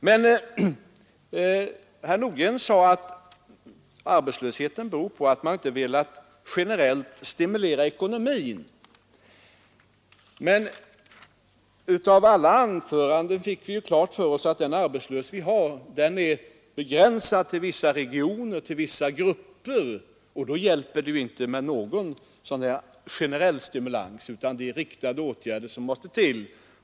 Herr Nordgren sade att arbetslösheten beror på att vi inte har velat stimulera ekonomin generellt. Men alla anföranden bör ha gjort klart för oss att den arbetslöshet vi har är begränsad till vissa regioner och grupper, och då hjälper det ju inte med någon generell stimulans. Då är det riktade åtgärder som måste till.